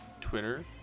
Twitter